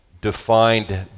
defined